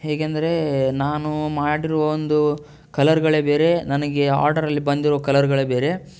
ಹೇಗೆಂದರೆ ನಾನು ಮಾಡಿರುವ ಒಂದು ಕಲರ್ಗಳೇ ಬೇರೆ ನನಗೆ ಆರ್ಡರಲ್ಲಿ ಬಂದಿರುವ ಕಲರ್ಗಳೇ ಬೇರೆ